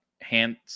hands